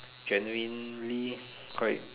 genuinely quite